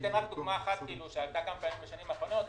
אציג דוגמה אחת שעלתה בשנים האחרונות: